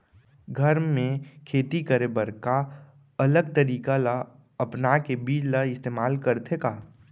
घर मे खेती करे बर का अलग तरीका ला अपना के बीज ला इस्तेमाल करथें का?